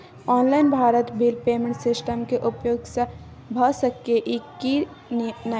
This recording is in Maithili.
Online Bharat bill payment system के उपयोग भ सके इ की नय?